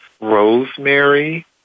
rosemary